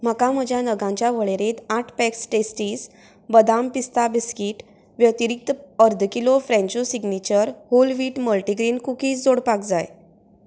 म्हाका म्हज्या नगांच्या वळेरेंत आठ पॅक्स टेस्टीस बदाम पिस्ता बिस्कीट व्यतिरिक्त अर्द किलो फ्रॅन्चो signature whole wheat multigrain cookies जोडपाक जाय